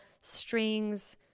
strings